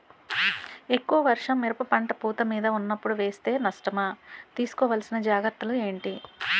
ఎక్కువ వర్షం మిరప పంట పూత మీద వున్నపుడు వేస్తే నష్టమా? తీస్కో వలసిన జాగ్రత్తలు ఏంటి?